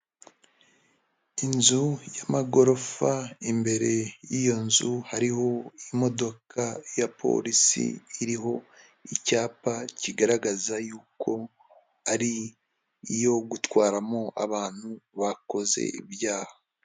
Inzu y'amagorofa, imbere y'iyo nzu hariho imodoka ya polisi iriho icyapa kigaragaza yuko ari iyo gutwaramo abantu bakoze ibyaha.